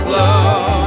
love